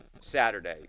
Saturday